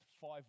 five